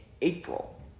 April